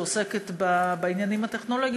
שעוסקת בעניינים הטכנולוגיים,